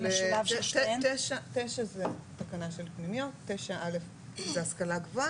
אבל 9 זה תקנה של פנימיות, 9.א. זה השכלה גבוהה.